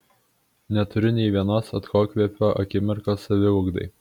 neturiu ne vienos atokvėpio akimirkos saviugdai